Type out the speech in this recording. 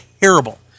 terrible